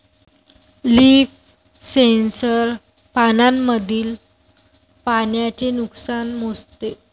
leaf sensor पानांमधील पाण्याचे नुकसान मोजते